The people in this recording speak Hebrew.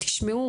שנה.